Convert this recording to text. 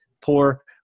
poor